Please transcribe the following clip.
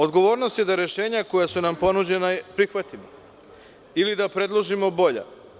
Odgovornost je da rešenja koja su nam ponuđena prihvatimo ili da predložimo bolja.